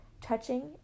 touching